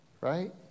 right